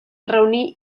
reunir